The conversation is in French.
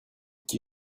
qui